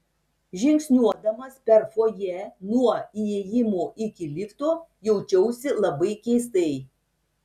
žingsniuodamas per fojė nuo įėjimo iki lifto jaučiausi labai keistai